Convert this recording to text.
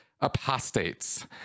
apostates